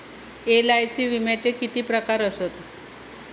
LIC विम्याचे किती प्रकार आसत?